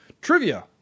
Trivia